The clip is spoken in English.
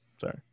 Sorry